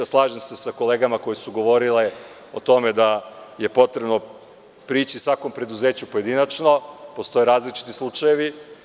Slažem se sa kolegama koji su govorili o tome da je potrebno prići svakom preduzeću pojedinačno, jer postoje različiti slučajevi.